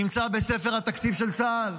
נמצא בספר התקציב של צה"ל.